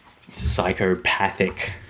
psychopathic